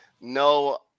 No